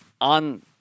on –